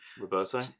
Roberto